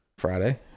Friday